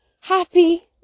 happy